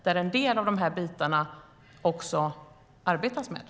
Där arbetas det med en del av de här sakerna.